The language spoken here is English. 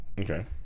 Okay